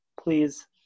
Please